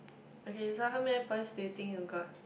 okay so how many points do you think you got